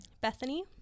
bethany